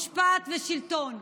משפט ושלטון,